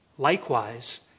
Likewise